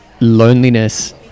loneliness